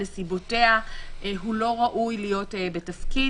נסיבותיה הוא לא ראוי להיות בתפקיד.